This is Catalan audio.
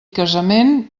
casament